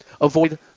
avoid